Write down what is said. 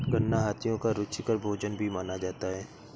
गन्ना हाथियों का रुचिकर भोजन भी माना जाता है